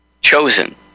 chosen